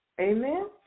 Amen